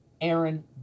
Aaron